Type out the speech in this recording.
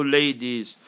ladies